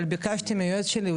אבל ביקשתי מהיועץ שלי,